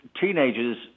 teenagers